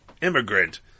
immigrant